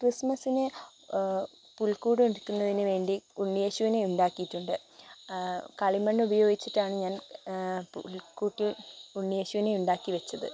ക്രിസ്മസ്സിന് പുൽക്കൂടൊരുക്കുന്നതിനുവേണ്ടി ഉണ്ണിയേശുവിനെ ഉണ്ടാക്കിയിട്ടുണ്ട് കളിമണ്ണുപയോഗിച്ചിട്ടാണ് ഞാൻ പുൽക്കൂട്ടിൽ ഉണ്ണിയേശുവിനെ ഉണ്ടാക്കിവച്ചത്